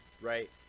Right